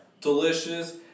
Delicious